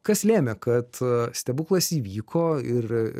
kas lėmė kad stebuklas įvyko ir